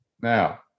Now